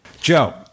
Joe